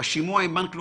בשימוע עם בנק לאומי,